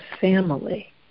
family